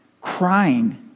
crying